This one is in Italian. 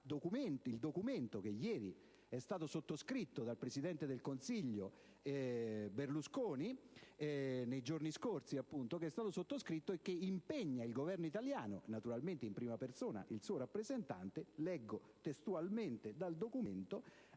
il documento che è stato sottoscritto dal presidente del Consiglio Berlusconi nei giorni scorsi e che impegna il Governo italiano, e naturalmente in prima persona il suo rappresentante - leggo testualmente dal documento